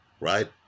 right